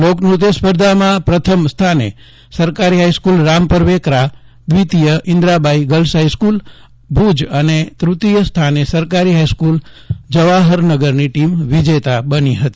લોકનૃત્ય સ્પર્ધામાં પ્રથમ સ્થાને સરકારી હાઈસ્ક્રલ રામપર વેકરા દ્વિતીય ઈન્દ્રાબાઈ ગર્લ્સ હાઈસ્કૂલ ભુજ અને તૃતીય સ્થાને સરકારી હાઈસ્કૂલ જવાહરનગરની ટીમ વિજેતા રહી હતી